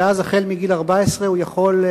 ואז מגיל 14 הוא יכול,